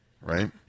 Right